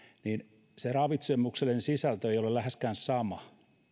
niin se ravitsemuksellinen sisältö ei ole läheskään sama